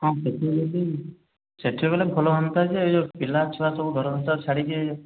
ହଁ ସେ'ଠି ହେଲେ ବି ସେ'ଠି ଗଲେ ଭଲ ହୁଅନ୍ତା ଯେ ଏ ଯେଉଁ ପିଲା ଛୁଆ ସବୁ ଘର ସଂସାର ଛାଡ଼ିକି